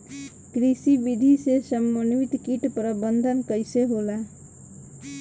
कृषि विधि से समन्वित कीट प्रबंधन कइसे होला?